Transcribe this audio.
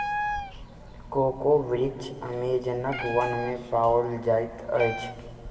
cocoa वृक्ष अमेज़नक वन में पाओल जाइत अछि